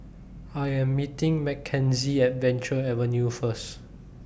I Am meeting Mckenzie At Venture Avenue First